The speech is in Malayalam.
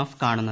എഫ് കാണുന്നത്